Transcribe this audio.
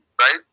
right